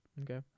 Okay